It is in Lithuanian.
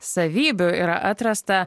savybių yra atrasta